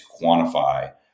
quantify